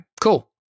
cool